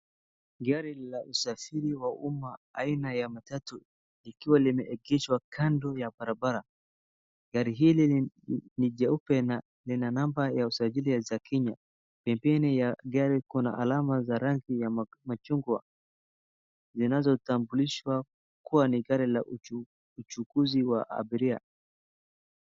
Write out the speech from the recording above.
Gari la usafiri wa umma aina ya matatu ikiwa imeegeshwa kando ya barabara. Gari hili ni jeupe na lina namba za usajili za kenya. Vipini ya gari iko na alama za rangi ya machungwa zinazotambulishwa kuwa ni gari la uchukuzi wa abiria.